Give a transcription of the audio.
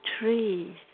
Trees